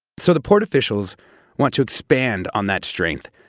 so the port officials want to expand on that strength,